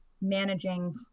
managing